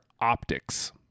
optics